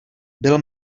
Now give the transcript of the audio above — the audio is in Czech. byl